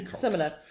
similar